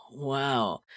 Wow